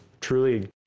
truly